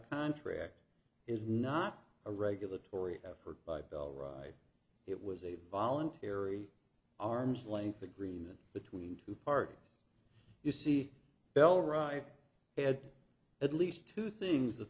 contract is not a regulatory effort by bell ride it was a voluntary arm's length agreement between two part you see bell right had at least two things that